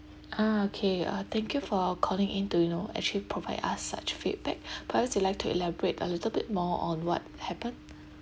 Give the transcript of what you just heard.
ah okay uh thank you for calling in to you know actually provide us such feedback perhaps you'd to like to elaborate a little bit more on what happen